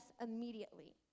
immediately